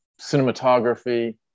cinematography